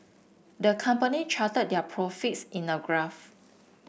the company charted their profits in a graph